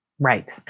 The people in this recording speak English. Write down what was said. Right